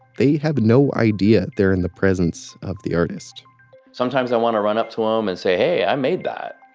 they have no ideas they're in the presence of the artist sometimes i want to run up to them um and say hey, i made that.